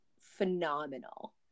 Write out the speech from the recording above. phenomenal